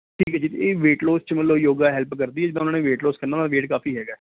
ਠੀਕ ਹੈ ਜੀ ਇਹ ਵੇਟ ਲੋਸ 'ਚ ਮਤਲਬ ਯੋਗਾ ਹੈਲਪ ਕਰਦੀ ਹੈ ਜਿੱਦਾਂ ਉਹਨਾਂ ਨੇ ਵੇਟ ਲੋਸ ਕਰਨਾ ਉਹਨਾਂ ਦਾ ਵੇਟ ਕਾਫੀ ਹੈਗਾ